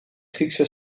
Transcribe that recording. griekse